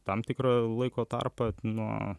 tam tikrą laiko tarpą nuo